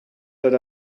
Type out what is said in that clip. that